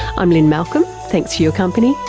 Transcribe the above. i'm lynne malcolm. thanks for your company.